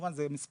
וכמובן זה מספר